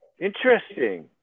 Interesting